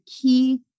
key